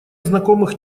знакомых